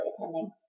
attending